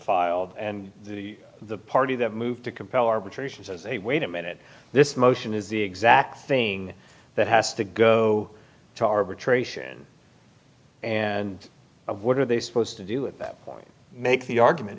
filed and the the party that moved to compel arbitrations as they wait a minute this motion is the exact thing that has to go to arbitration and what are they supposed to do at that point make the argument